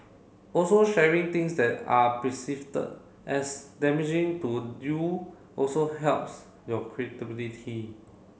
also sharing things that are as damaging to you also helps your credibility